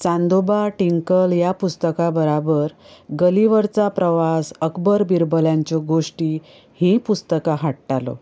Chandoba Tinkle ह्या पुस्तकां बराबर गलिवरचा प्रवास अकबर बिरबलांच्यो गोश्टी ही पुस्तकां हाडटालो